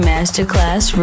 Masterclass